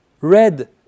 Red